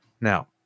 Now